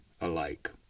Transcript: alike